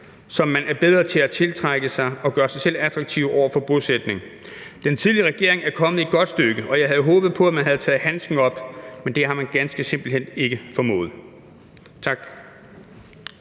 så man bliver bedre til at tiltrække og gøre sig selv attraktiv over for bosætning. Den tidligere regering er kommet et godt stykke, og jeg havde håbet på, at man havde taget handsken op, men det har man ganske simpelt ikke formået. Tak.